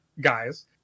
guys